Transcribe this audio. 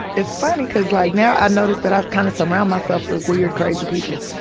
it's funny, cause like, now i notice that i kind of surround myself with weird crazy people.